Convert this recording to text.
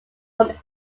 from